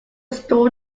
store